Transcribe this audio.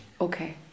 Okay